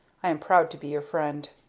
i am proud to be your friend.